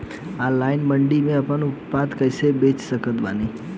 Online मंडी मे आपन उत्पादन कैसे बेच सकत बानी?